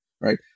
right